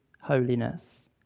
holiness